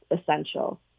essential